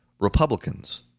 Republicans